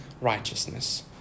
righteousness